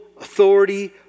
authority